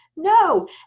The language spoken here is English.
No